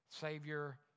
Savior